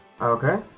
Okay